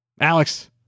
Alex